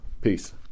Peace